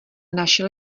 našel